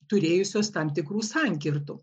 turėjusios tam tikrų sankirtų